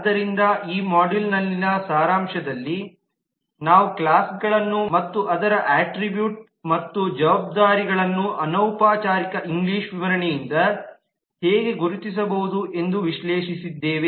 ಆದ್ದರಿಂದ ಈ ಮಾಡ್ಯೂಲ್ನಲ್ಲಿನ ಸಾರಾಂಶದಲ್ಲಿ ನಾವು ಕ್ಲಾಸ್ಗಳನ್ನು ಮತ್ತು ಅದರ ಅಟ್ರಿಬ್ಯೂಟ್ ಮತ್ತು ಜವಾಬ್ದಾರಿಗಳನ್ನು ಅನೌಪಚಾರಿಕ ಇಂಗ್ಲಿಷ್ ವಿವರಣೆಯಿಂದ ಹೇಗೆ ಗುರುತಿಸಬಹುದು ಎಂದು ವಿಶ್ಲೇಷಿಸಿದ್ದೇವೆ